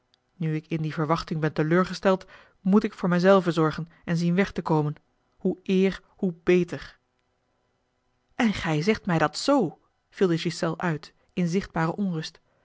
nu ik in die verwachting ben teleurgesteld moet ik voor mij zelven zorgen en zien weg te komen hoe eer hoe beter en gij zegt mij dat z viel de ghiselles uit in zichtbare onrust